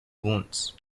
wounds